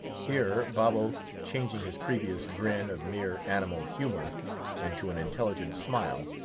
here babo, changing his previous grin of mere animal humor into an intelligent smile,